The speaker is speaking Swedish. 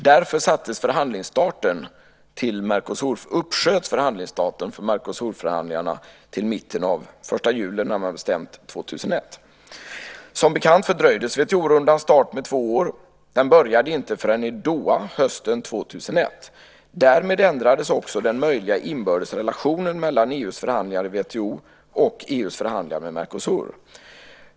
Därför uppsköts förhandlingsstarten för Mercosurförhandlingarna till den 1 juli 2001. Som bekant fördröjdes WTO-rundans start med två år. Den började inte förrän i Doha hösten 2001. Därmed ändrades också den möjliga inbördes relationen mellan EU:s förhandlingar i WTO och EU:s förhandlingar med Mercosur.